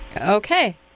Okay